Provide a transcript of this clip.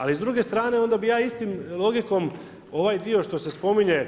Ali s druge strane, onda bih ja istom logikom ovaj dio što se spominje